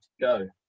go